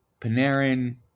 Panarin